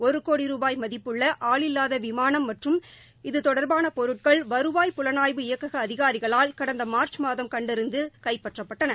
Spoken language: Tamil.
ஒரு கோடி ரூபாய் மதிப்புள்ள ஆளில்லாத விமானம் மற்றும் இது தொடர்பான பொருட்கள் வருவாய் புலனாய்வு இயக்கக அதிகாரிகளால் கடந்த மார்ச் மாதம் கண்டறிந்து கைப்பற்றப்பட்டன